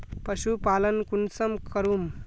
पशुपालन कुंसम करूम?